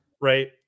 right